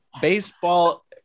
baseball